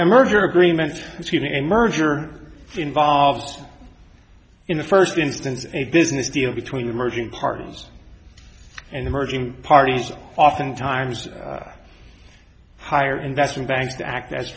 and merger agreement between a merger involves in the first instance a business deal between emerging partners and emerging parties oftentimes higher investment banks to act as